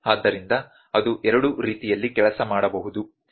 ಆದ್ದರಿಂದ ಅದು ಎರಡೂ ರೀತಿಯಲ್ಲಿ ಕೆಲಸ ಮಾಡಬಹುದು